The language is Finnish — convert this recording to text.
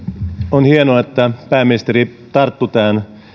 on hienoa että pääministeri tarttui tähän